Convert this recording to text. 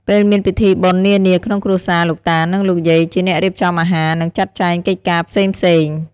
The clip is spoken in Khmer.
ពេលមានពិធីបុណ្យនានាក្នុងគ្រួសារ លោកតា និងលោកយាយជាអ្នករៀបចំអាហារ និងចាត់ចែងកិច្ចការផ្សេងៗ។